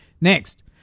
next